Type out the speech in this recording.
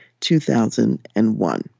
2001